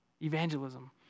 Evangelism